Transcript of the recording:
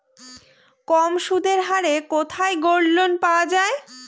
কম সুদের হারে কোথায় গোল্ডলোন পাওয়া য়ায়?